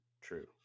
true